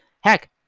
Heck